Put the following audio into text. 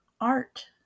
art